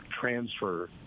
transfer